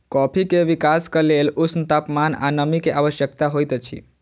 coffee के विकासक लेल ऊष्ण तापमान आ नमी के आवश्यकता होइत अछि